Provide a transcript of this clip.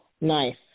Nice